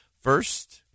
first